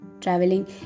traveling